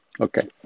Okay